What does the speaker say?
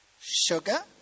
sugar